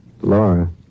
Laura